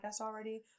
already